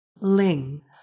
Ling